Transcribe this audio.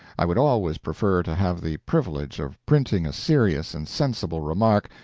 i would always prefer to have the privilege of printing a serious and sensible remark,